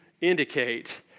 indicate